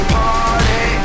party